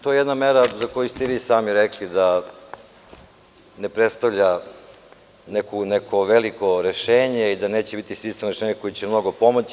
To je jedna mera za koju ste i sami rekli da ne predstavlja neko veliko rešenje i da neće biti sistemsko rešenje koje će mnogo pomoći.